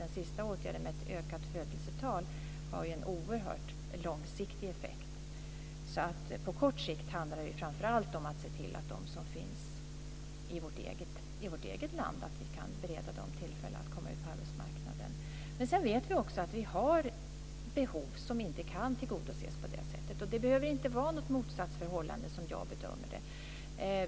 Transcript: Den sista åtgärden med ett ökat födelsetal har en oerhört långsiktig effekt. På kort sikt handlar det framför allt om att se till att de som finns i vårt eget land bereds tillfälle att komma ut på arbetsmarknaden. Sedan vet vi att vi har behov som inte kan tillgodoses på det sättet. Det behöver inte vara något motsatsförhållande, som jag bedömer det.